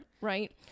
right